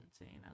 insane